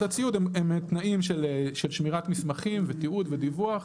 הציוד הם תנאים של שמירת מסמכים ותיעוד ודיווח,